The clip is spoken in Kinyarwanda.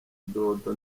dodo